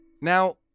Now